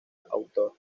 autor